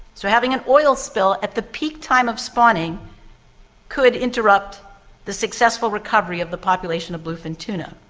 so having an oil spill at the peak time of spawning could interrupt the successful recovery of the population of bluefin tuna.